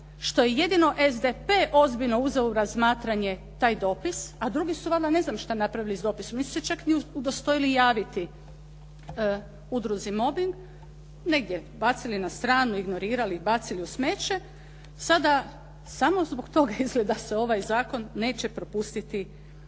što je jedino SDP ozbiljno uzeo u razmatranje taj dopis, a drugi su vam ne znam šta napravili s dopisom. Nisu se čak ni udostojili javiti udruzi “Mobbing“, negdje bacili na stranu, ignorirali, bacili u smeće. Sada samo zbog toga izgleda da se ovaj zakon neće propustiti dalje